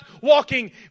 walking